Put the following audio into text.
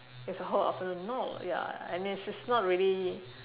it's a whole afternoon no ya and it's it's not really